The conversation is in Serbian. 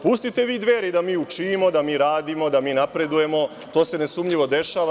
Pustite vi Dveri da mi učimo, da mi radimo, da mi napredujemo, to se nesumnjivo dešava.